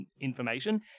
information